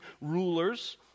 rulers